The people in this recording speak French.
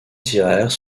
littéraires